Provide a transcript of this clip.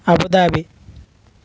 Abu Dhabi